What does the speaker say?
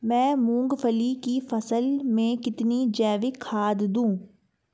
मैं मूंगफली की फसल में कितनी जैविक खाद दूं?